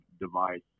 device